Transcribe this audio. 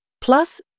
Plus